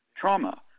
trauma